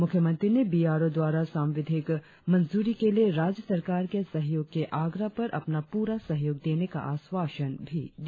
मुख्यमंत्री ने B R O द्वारा सांविधिक मंजूरी के लिए राज्य सरकार के सहयोग के आग्रह पर अपना पूरा सहयोग देने का आश्वासन भी दिया